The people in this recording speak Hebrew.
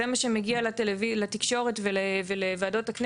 אבל מה לעשות, לוקח זמן עד שחוקרים תיק.